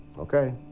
ok.